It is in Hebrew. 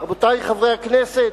רבותי חברי הכנסת,